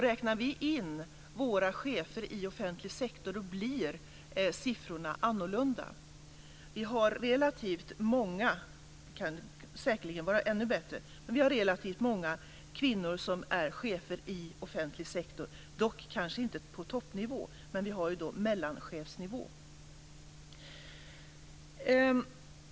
Räknar vi in våra chefer i offentlig sektor blir siffrorna annorlunda. Siffrorna kan säkert bli ännu bättre, men vi har hos oss relativt många kvinnliga chefer inom offentlig sektor - kanske inte på toppnivå men på mellanchefsnivå.